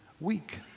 week